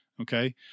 Okay